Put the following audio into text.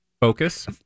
focus